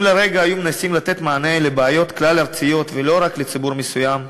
אם לרגע היו מנסים לתת מענה לבעיות כלל-ארציות ולא רק לציבור מסוים,